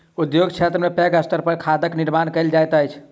उद्योग क्षेत्र में पैघ स्तर पर खादक निर्माण कयल जाइत अछि